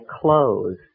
clothes